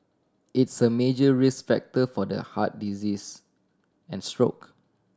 it's a major risk factor for the heart disease and stroke